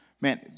man